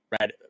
right